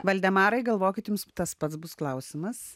valdemarai galvokit jums tas pats bus klausimas